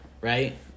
right